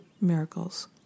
miracles